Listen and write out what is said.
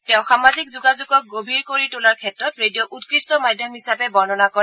তেওঁ সামাজিক যোগাযোগক গভীৰ কৰি তোলাৰ ক্ষেত্ৰত ৰেডিঅ'ক উৎকৃষ্ট মাধ্যম হিচাপে বৰ্ণনা কৰে